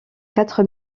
quatre